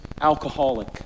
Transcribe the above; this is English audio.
alcoholic